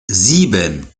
sieben